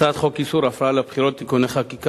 הצעת חוק איסור הפרעה לבחירות (תיקוני חקיקה),